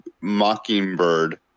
Mockingbird